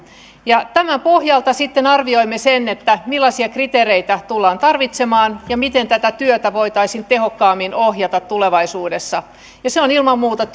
tämän pohjalta sitten arvioimme sen millaisia kriteereitä tullaan tarvitsemaan ja miten tätä työtä voitaisiin tehokkaammin ohjata tulevaisuudessa se on ilman muuta